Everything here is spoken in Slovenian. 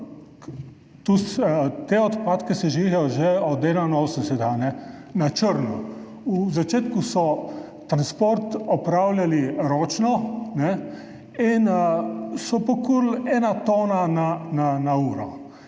te odpadke sežigajo že od 1981 na črno, na začetku so transport opravljali ročno in so pokurili eno tono na uro,